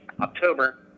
October